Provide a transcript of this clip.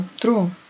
true